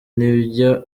nibyo